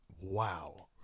Wow